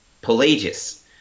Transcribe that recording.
Pelagius